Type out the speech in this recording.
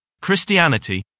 Christianity